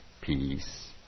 peace